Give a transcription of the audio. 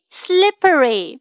slippery